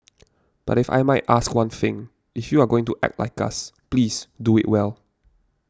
but if I might ask one thing if you are going to act like us please do it well